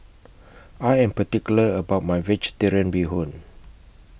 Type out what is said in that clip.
I Am particular about My Vegetarian Bee Hoon